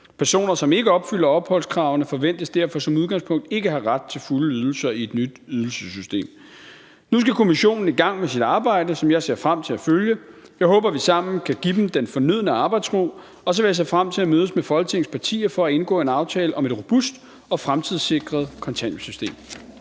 Personer, som ikke opfylder opholdskravene, forventes derfor som udgangspunkt ikke at have ret til fulde ydelser i et nyt ydelsessystem. Nu skal Kommissionen i gang med sit arbejde, som jeg ser frem til at følge. Jeg håber, vi sammen kan give dem den fornødne arbejdsro, og så vil jeg se frem til at mødes med Folketingets partier for at indgå en aftale om et robust og fremtidssikret kontanthjælpssystem.